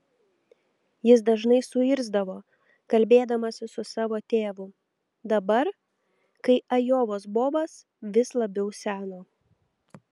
jis dažnai suirzdavo kalbėdamasis su savo tėvu dabar kai ajovos bobas vis labiau seno